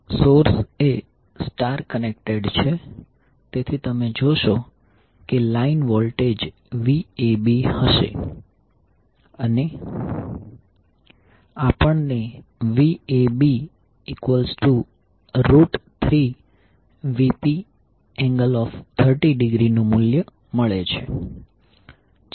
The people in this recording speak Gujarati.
તેથી સોર્સ એ સ્ટાર કનેક્ટેડ છે તેથી તમે જોશો કે લાઇન વોલ્ટેજ Vab હશે અને આપણને Vab3Vp∠30°નું મૂલ્ય મળે છે